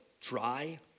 dry